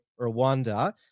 Rwanda